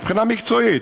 מבחינה מקצועית,